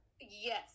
Yes